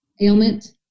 ailment